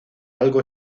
algo